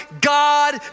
God